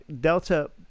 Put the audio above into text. Delta